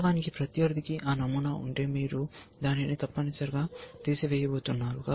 వాస్తవానికి ప్రత్యర్థికి ఆ నమూనా ఉంటే మీరు దానిని తప్పనిసరిగా తీసివేయబోతున్నారు